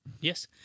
Yes